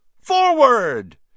Forward